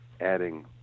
adding